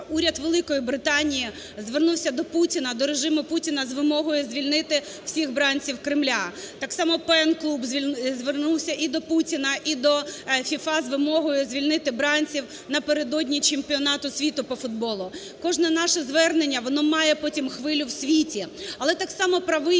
Уряд Великої Британії звернувся до Путіна, до режиму Путіна з вимогою звільнити всіх бранців Кремля. Так само ПЕН-клуб звернувся і до Путіна, і до ФІФА з вимогою звільнити бранців напередодні Чемпіонату світу по футболу. Кожне наше звернення воно має потім хвилю у світі. Але так само правий